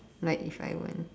like if I weren't